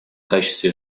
качестве